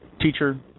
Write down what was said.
teacher